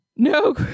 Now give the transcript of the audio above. No